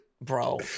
Bro